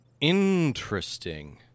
Interesting